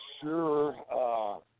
sure